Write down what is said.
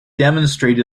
demonstrate